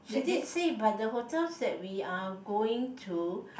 she did say but the hotels that we are going to